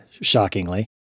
shockingly